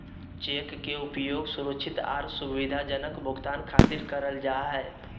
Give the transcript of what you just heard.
cheque के उपयोग सुरक्षित आर सुविधाजनक भुगतान खातिर करल जा हय